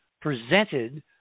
presented